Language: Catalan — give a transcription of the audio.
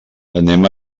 anem